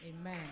Amen